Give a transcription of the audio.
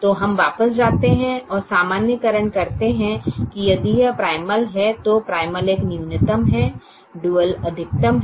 तो हम वापस जाते हैं और सामान्यीकरण करते हैं कि यदि यह प्राइमल है तो प्राइमल एक न्यूनतम है डुअल अधिकतम है